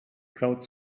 crowd